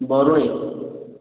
Barunei